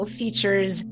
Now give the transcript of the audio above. features